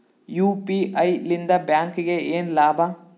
UPI ಲಿಂದ ಬ್ಯಾಂಕ್ಗೆ ಏನ್ ಲಾಭ?